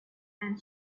and